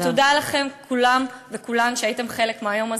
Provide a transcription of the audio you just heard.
ותודה לכם כולם וכולן שהייתם חלק מהיום הזה.